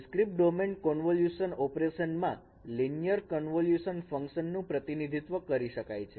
discrete domain convolution operation માં linear convolution function નું પ્રતિનિધિત્વ કરી શકાય છે